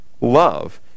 love